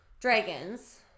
dragons